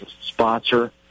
sponsor